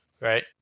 Right